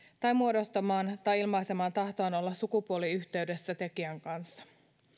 tai muodostamaan tai ilmaisemaan tahtoaan olla sukupuoliyhteydessä tekijän kanssa